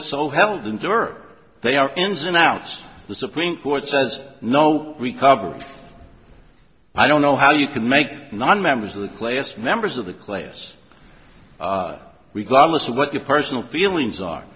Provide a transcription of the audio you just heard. europe they are ins and outs the supreme court says no recovered i don't know how you can make nonmembers of the class members of the class regardless of what your personal feelings are